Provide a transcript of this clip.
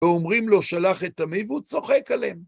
ואומרים לו, שלח את עמי והוא צוחק עליהם.